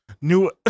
New